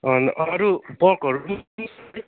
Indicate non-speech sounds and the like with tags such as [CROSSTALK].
अरू पर्कहरू [UNINTELLIGIBLE]